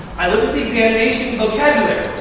i look at the examination vocabulary.